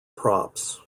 props